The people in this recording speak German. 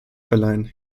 verleihen